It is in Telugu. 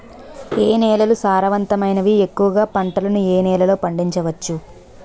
ఏ నేలలు సారవంతమైనవి? ఎక్కువ గా పంటలను ఏ నేలల్లో పండించ వచ్చు?